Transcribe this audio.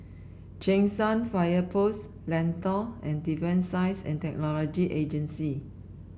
Cheng San Fire Post Lentor and Defence Science and Technology Agency